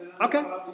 okay